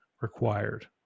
required